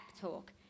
talk